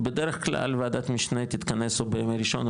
בדרך כלל וועדת משנה תתכנס בימי ראשון,